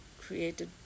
created